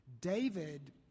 David